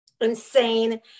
insane